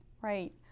right